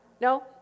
No